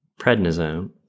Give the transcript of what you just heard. prednisone